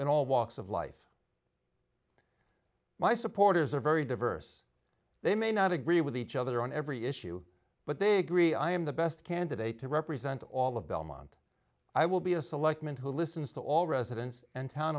in all walks of life my supporters are very diverse they may not agree with each other on every issue but they agree i am the best candidate to represent all of belmont i will be a selectman who listens to all residents and town